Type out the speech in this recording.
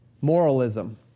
moralism